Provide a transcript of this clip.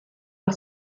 par